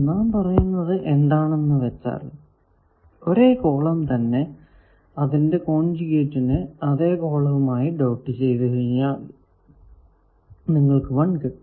നാം പറയുന്നത് എന്താണെന്നു വച്ചാൽ ഒരേ കോളം തന്നെ അതിന്റെ കോൺജുഗേറ്റിന്റെ അതെ കോളമായി ഡോട്ട് ചെയ്താൽ നിങ്ങൾക്കു 1 കിട്ടും